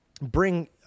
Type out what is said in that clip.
bring